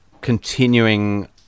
continuing